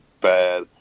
bad